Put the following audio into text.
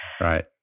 Right